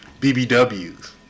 BBWs